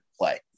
play